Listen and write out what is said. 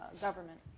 government